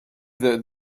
that